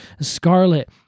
scarlet